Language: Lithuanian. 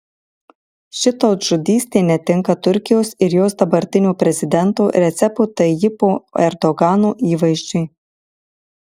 ši tautžudystė netinka turkijos ir jos dabartinio prezidento recepo tayyipo erdogano įvaizdžiui